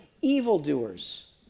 evildoers